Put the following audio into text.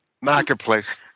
Marketplace